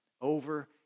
over